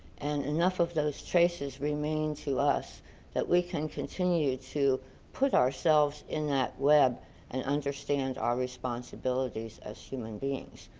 and enough of those traces remain to us that we can continue to put ourselves in that web and understand our responsibilities as human beings.